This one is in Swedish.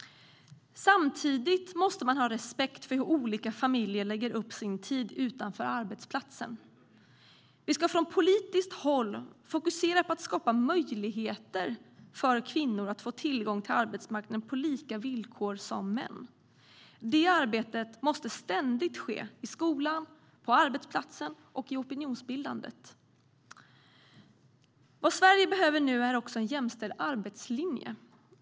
Samtidigt måste man ha respekt för hur olika familjer lägger upp sin tid utanför arbetsplatsen. Vi ska från politiskt håll fokusera på att skapa möjligheter för kvinnor att få tillgång till arbetsmarknaden på lika villkor som män. Det arbetet måste ständigt ske i skolan, på arbetsplatsen och i opinionsbildandet. Vad Sverige behöver nu är en jämställd arbetslinje.